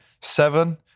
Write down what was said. seven